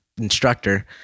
instructor